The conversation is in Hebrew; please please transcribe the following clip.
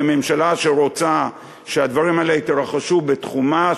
וממשלה שרוצה שהדברים האלה יתרחשו בתחומה,